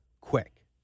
quick